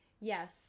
Yes